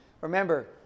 remember